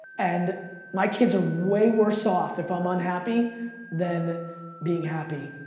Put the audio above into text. and my kids are way worse off if i'm unhappy than being happy,